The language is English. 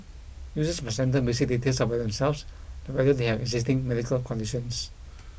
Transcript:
users must enter basic details about themselves whether they have existing medical conditions